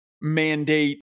mandate